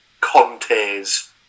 Contes